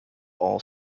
all